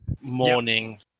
Morning